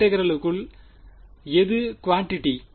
இன்டெகிரேலுக்குள் எது குவான்டிட்டி